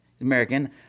American